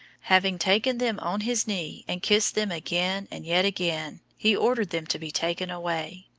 having taken them on his knee and kissed them again and yet again, he ordered them to be taken away.